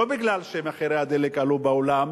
לא כי מחירי הדלק עלו בעולם